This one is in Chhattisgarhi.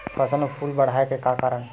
फसल म फूल ल बढ़ाय का करन?